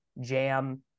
jam